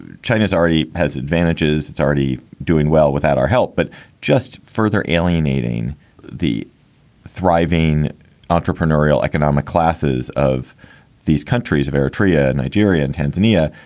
china's already has advantages. it's already doing well without our help. but just further alienating the thriving entrepreneurial economic classes of these countries of eritrea, nigeria, and tanzania,